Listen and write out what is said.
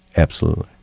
absolutely.